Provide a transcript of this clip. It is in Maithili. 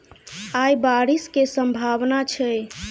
आय बारिश केँ सम्भावना छै?